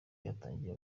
yatangiye